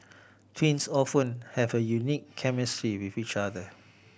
twins often have a unique chemistry with each other